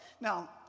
Now